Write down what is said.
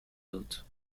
hôtes